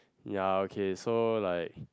ya okay so like